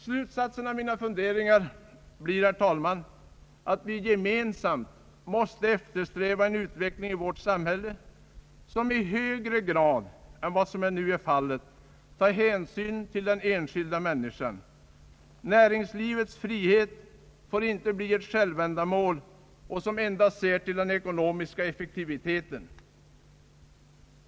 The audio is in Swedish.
Slutsatsen av mina funderingar blir, herr talman, att vi gemensamt måste eftersträva en utveckling i vårt samhälle, som i högre grad än vad som nu är fallet tar hänsyn till den enskilda män niskan. Näringslivets frihet får inte bli ett självändamål, som endast ser till den ekonomiska effektiviteten.